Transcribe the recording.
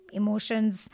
emotions